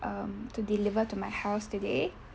um to deliver to my house today